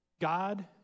God